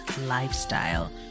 lifestyle